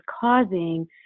causing